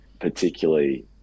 particularly